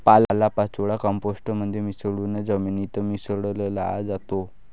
पालापाचोळा कंपोस्ट मध्ये मिसळून जमिनीत मिसळला जातो